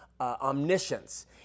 omniscience